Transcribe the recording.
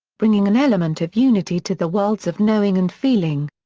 bringing an element of unity to the worlds of knowing and feeling.